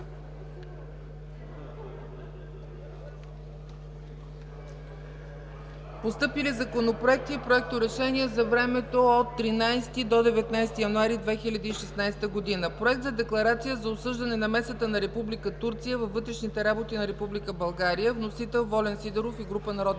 Постъпили законопроекти и проекторешения за времето от 13 до 19 януари 2016 г.: Проект за декларация за осъждане намесата на Република Турция във вътрешните работи на Република България. Вносител – Волен Сидеров и група народни